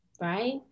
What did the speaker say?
right